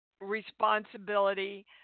responsibility